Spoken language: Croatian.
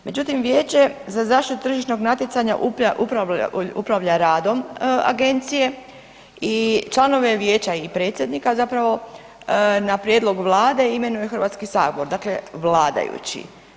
Međutim, Vijeće za zaštitu tržišnog natjecanja upravlja radom Agencije i članove vijeća i predsjednika zapravo na prijedlog Vlade imenuje HS, dakle vladajući.